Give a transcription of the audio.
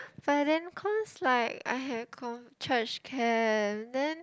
but then cause like I have con~ church camp then